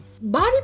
Body